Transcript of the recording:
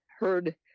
heard